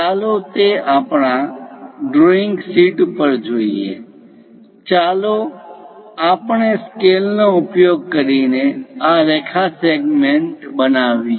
ચાલો તે આપણા ડ્રોઈંગ શીટ પર જોઈએ ચાલો આપણે સ્કેલનો ઉપયોગ કરીને રેખા સેગમેન્ટ બનાવીએ